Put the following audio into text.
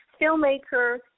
filmmaker